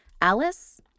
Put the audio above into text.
Alice